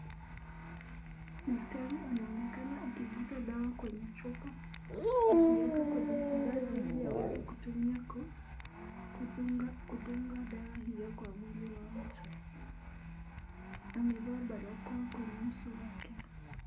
Daktari anaonekana akivuta dawa kwenye chupa, akiweka kwenye sindano ili aweze kutumia kudunga dawa hiyo kwa mwili wa mtu. Amevaa barakoa kwenye uso wake.